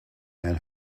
and